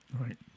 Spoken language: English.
Right